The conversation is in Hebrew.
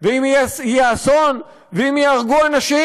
ואם יהיה אסון ואם ייהרגו אנשים?